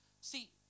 See